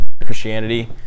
Christianity